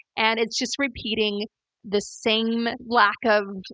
and it's just repeating the same lack of,